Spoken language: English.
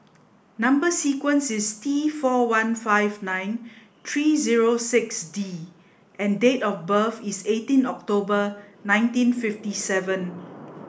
number sequence is T four one five nine three zero six D and date of birth is eighteen October nineteen fifty seven